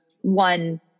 one